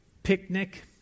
picnic